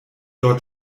dort